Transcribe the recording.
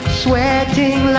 sweating